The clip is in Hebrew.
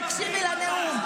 תקשיבי לנאום,